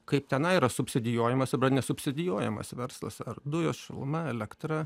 kaip tenai yra subsidijuojamas arba nesubsidijuojamas verslas ar ar dujos šiluma elektra